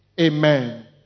Amen